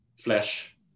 Flesh